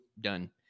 done